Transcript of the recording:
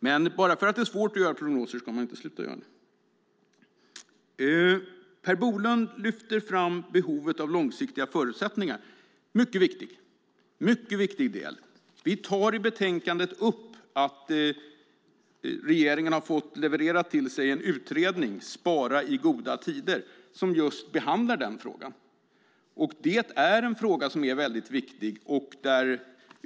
Men bara för att det är svårt att göra prognoser ska man inte sluta att göra dem. Per Bolund lyfter fram behovet av långsiktiga förutsättningar. Det är mycket viktigt. Vi tar i betänkandet upp att regeringen har fått levererat till sig en utredning som heter Spara i goda tider , som behandlar just den frågan.